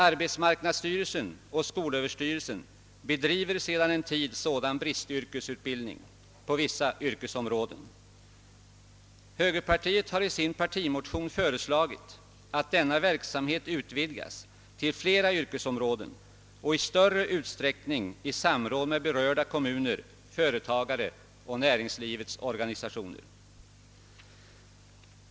Arbetsmarknadsstyrelsen och skolöverstyrelsen bedriver sedan en tid Högerpartiet har i sin partimotion föreslagit att denna verksamhet utvidgas till flera yrkesområden och i större utsträckning sker i samråd med berörda kommuner, företag och näringslivets organisationer.